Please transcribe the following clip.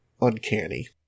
uncanny